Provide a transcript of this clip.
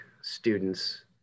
students